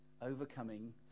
overcoming